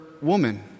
Woman